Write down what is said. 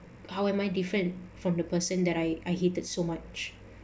how am I different from the person that I I hated so much